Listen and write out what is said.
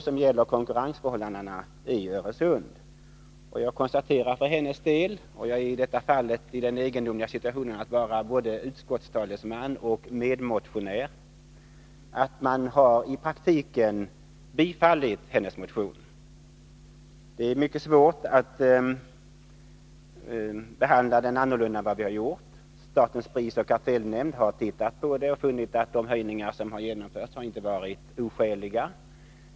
Den gäller konkurrensförhållandena för transporter över Öresund. Jag konstaterar — jag är i detta fall i den egendomliga situationen att vara både utskottstalesman och medmotionär — att utskottet i praktiken har tillstyrkt motionen. Det är svårt att behandla den annorlunda än vi har gjort. Statens prisoch kartellnämnd har funnit att de höjningar som har genomförts inte har varit oskäliga.